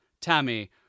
Tammy